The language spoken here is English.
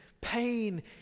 pain